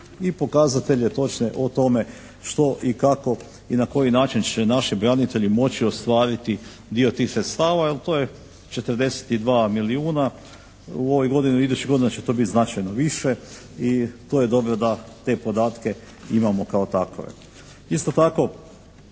i pokazatelje točne o tome što i kako i na koji način će naši branitelji moći ostvariti dio tih sredstava. Jer to je, 42 milijuna u ovoj godini, u idućoj godini će to biti značajno više. I to je dobro da te podatke imamo kao takove. Isto tako